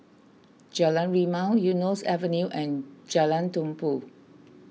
Jalan Rimau Eunos Avenue and Jalan Tumpu